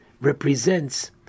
represents